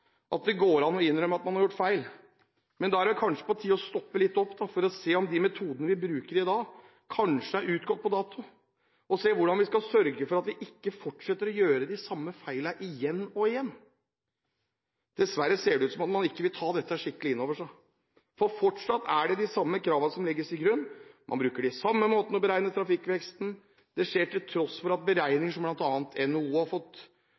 at det går an å innrømme at man har gjort feil, men da er det kanskje på tide å stoppe litt opp for å se om de metodene vi bruker i dag, kanskje er utgått på dato – og se hvordan vi skal sørge for at vi ikke fortsetter å gjøre de samme feilene igjen og igjen. Dessverre ser det ut som om man ikke vil ta dette skikkelig inn over seg, for fortsatt er det de samme kravene som legges til grunn. Man bruker de samme måtene å beregne trafikkveksten på. Det skjer til tross for at beregninger som bl.a. NHO har fått